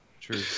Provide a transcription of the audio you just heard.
True